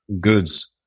goods